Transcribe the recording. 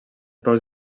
peus